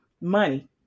money